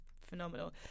phenomenal